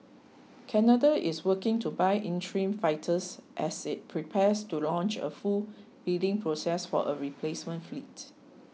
Canada is working to buy interim fighters as it prepares to launch a full bidding process for a replacement fleet